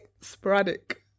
Sporadic